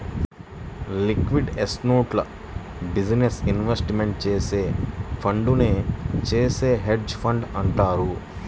liquid అసెట్స్లో business investment చేసే ఫండునే చేసే హెడ్జ్ ఫండ్ అంటారు